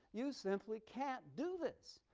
you simply can't do this.